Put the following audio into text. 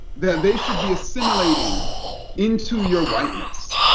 that they should be assimilating into your whiteness.